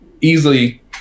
easily